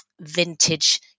vintage